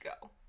Go